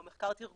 או מחקר תרגומי,